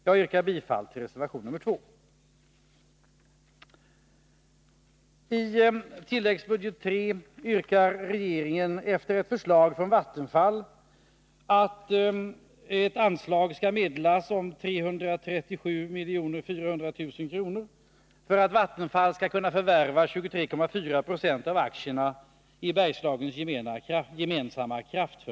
Jag yrkar bifall till reservation nr 2. AB.